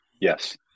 Yes